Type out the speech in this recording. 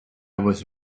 was